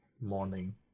morning